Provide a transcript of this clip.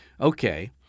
Okay